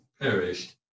perished